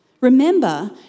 Remember